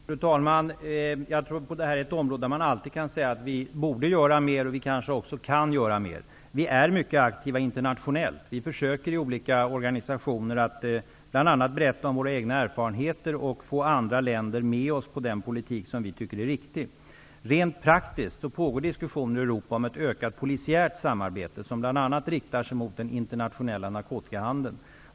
Fru talman! Jag tror att det här är ett område där vi alltid kan säga att vi borde göra mer och kanske också kan göra mer. Vi är mycket aktiva internationellt. Vi försöker i olika organisationer berätta om våra egna erfarenheter och få andra länder med oss på den politik som vi tycker är riktig. Rent praktiskt pågår diskussioner i Europa om ett ökat polisiärt samarbete, som bl.a. riktar sig mot den internationella narkotikahandeln.